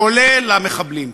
כולל המחבלים,